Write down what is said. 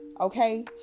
Okay